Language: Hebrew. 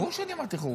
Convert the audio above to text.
ברור שאני אמרתי חורבן.